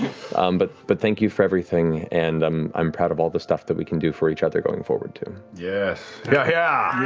but but thank you for everything, and um i'm proud of all the stuff that we can do for each other going forward, too. travis yes. yeah